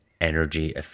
energy